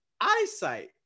eyesight